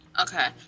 Okay